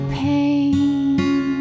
pain